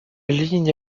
ligne